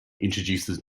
introduces